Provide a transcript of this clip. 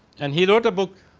and he wrote a book,